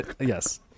yes